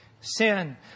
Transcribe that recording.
sin